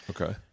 okay